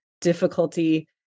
difficulty